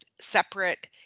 separate